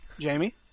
Jamie